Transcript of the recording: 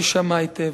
יישמע היטב.